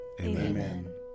Amen